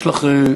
יש לך?